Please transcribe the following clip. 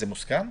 זה מוסכם?